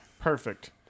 Perfect